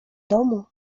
domu